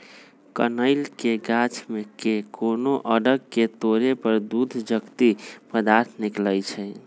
कनइल के गाछ के कोनो अङग के तोरे पर दूध जकति पदार्थ निकलइ छै